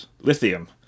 lithium